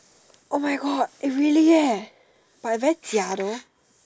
oh my God eh really eh but very 假 though